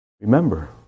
remember